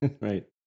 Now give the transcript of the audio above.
Right